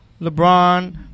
LeBron